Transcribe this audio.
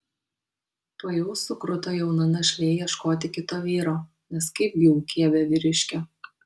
tuojau sukruto jauna našlė ieškoti kito vyro nes kaipgi ūkyje be vyriškio